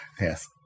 Yes